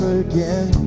again